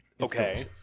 Okay